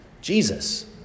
Jesus